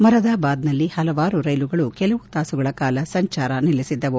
ಮೊರಾದಬಾದ್ನಲ್ಲಿ ಹಲವಾರು ರೈಲುಗಳು ಕೆಲವು ತಾಸುಗಳ ಕಾಲ ಸಂಚಾರ ನಿಲ್ಲಿಬಿದ್ದವು